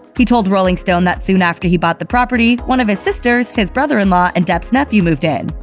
he told rolling stone that soon after he bought the property one of his sisters, his brother-in-law, and depp's nephew moved in.